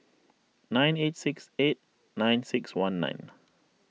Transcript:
nine eight six eight nine six one nine